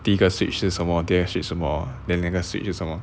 第一个 switch 是什么第二个 switch 什么 then 那个 switch 是什么